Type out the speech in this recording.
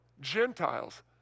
Gentiles